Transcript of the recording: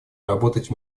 работать